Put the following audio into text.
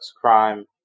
crime